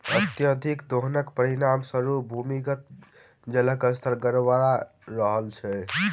अत्यधिक दोहनक परिणाम स्वरूप भूमिगत जलक स्तर गड़बड़ा रहल छै